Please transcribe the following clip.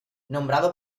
nombrado